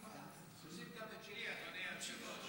תוסיף גם את שלי, אדוני היושב-ראש,